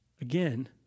again